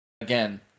Again